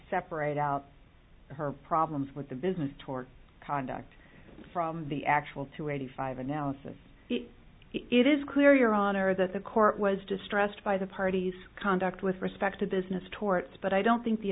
separate out her problems with the business toward conduct from the actual to eighty five analysis it is clear your honor that the court was distressed by the parties conduct with respect to business torts but i don't think the